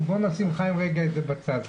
בוא נשים את זה בצד.